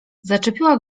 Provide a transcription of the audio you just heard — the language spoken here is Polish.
zaczepiła